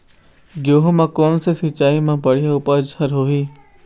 गेहूं म कोन से सिचाई म बड़िया उपज हर होही?